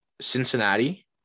Cincinnati